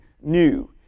new